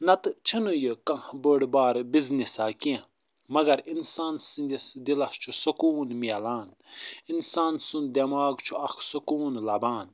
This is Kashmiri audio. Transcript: نَتہٕ چھِنہٕ یہِ کانٛہہ بٔڈ بارٕ بِزنِسا کیٚنٛہہ مگر اِنسان سٕنٛدِس دِلس چھُ سکوٗن میلان اِنسان سُنٛد دٮ۪ماغ چھُ اکھ سکوٗن لبان